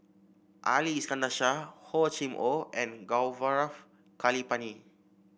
Ali Iskandar Shah Hor Chim Or and Gaurav Kripalani